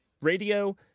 radio